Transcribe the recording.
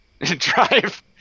Drive